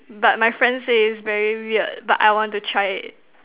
but my friends say it's very weird but I want to try it